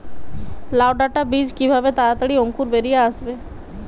লাউ ডাটা বীজ কিভাবে তাড়াতাড়ি অঙ্কুর বেরিয়ে আসবে?